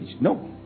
no